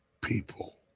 people